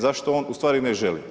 Zašto on ustvari ne želi?